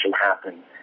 happen